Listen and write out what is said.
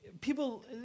people